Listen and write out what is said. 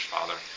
Father